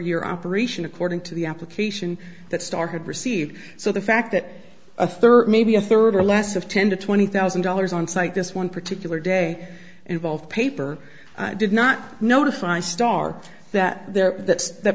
year operation according to the application that star had received so the fact that a third maybe a third or less of tend to thousand dollars on site this one particular day involve paper did not notify star that there that the